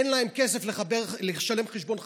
אין להם כסף לשלם חשבון חשמל,